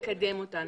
לקדם אותן.